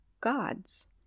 gods